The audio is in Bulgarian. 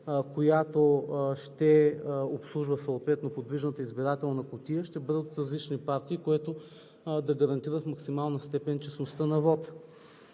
която ще обслужва съответно подвижната избирателна кутия, ще бъдат от различни партии, което да гарантира в максимална степен честността на вота.